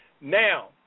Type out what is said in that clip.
Now